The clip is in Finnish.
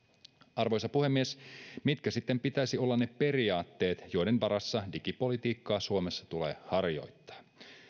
arvoisa puhemies mitkä sitten pitäisi olla ne periaatteet joiden varassa digipolitiikkaa suomessa tulee harjoittaa